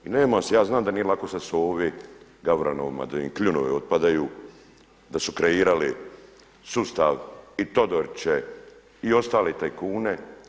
I ja znam da nije lako sad su ovi gavranovi da im kljunovi otpadaju, da su kreirali sustav i Todoriće i ostale tajkune.